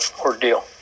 ordeal